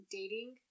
dating